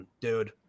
dude